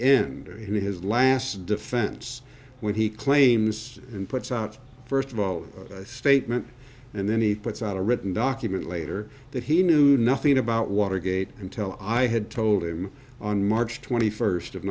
end his last defense when he claims and puts out first of all statement and then he puts out a written document later that he knew nothing about watergate until i had told him on march twenty first of